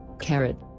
Carrot